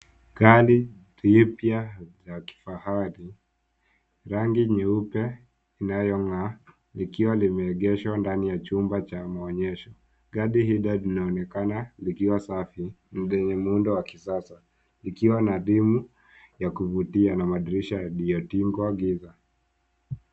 Gari lipya la kifahari . Rangi nyeupe inayong'aa likiwa limeegeshwa ndani ya chumba cha maonyesho. Gari hili linaonekana likiwa safi na lenye muundo wa kisasa, likiwa na dimu ya kuvutia na madirishwa yaliyotingwa giza.